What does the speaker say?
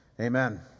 Amen